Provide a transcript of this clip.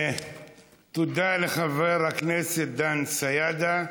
תודה לחבר הכנסת דן סידה.